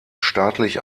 staatlich